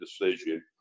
decision